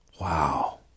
Wow